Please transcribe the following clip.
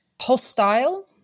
hostile